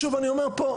שוב אני אומר פה,